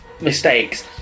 mistakes